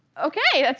ok,